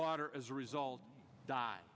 daughter as a result die